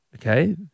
Okay